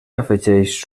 afegeix